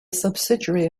subsidiary